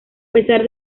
pesar